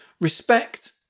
respect